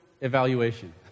evaluation